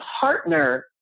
partner